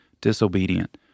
disobedient